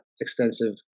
extensive